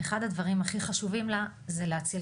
אז אחד הדברים הכי חשובים לה זה להציל